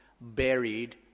buried